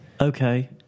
Okay